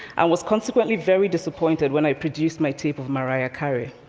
and was consequently very disappointed when i produced my tape of mariah carey.